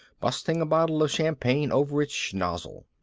busting a bottle of champagne over its schnozzle.